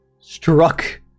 Struck